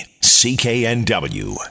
CKNW